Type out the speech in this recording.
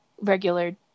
regular